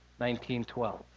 1912